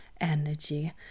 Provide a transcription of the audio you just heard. energy